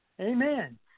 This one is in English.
Amen